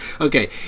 Okay